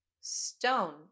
Stone